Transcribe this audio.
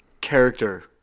Character